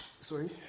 Sorry